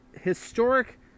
historic